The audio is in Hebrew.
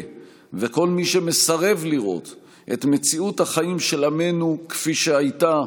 וכל מי שמסרב לראות את מציאות החיים של עמנו כפי שהייתה,